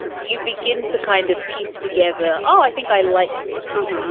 you begin to kind of piece together. oh, i think i like this.